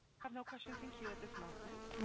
no questions in-queue at this moment.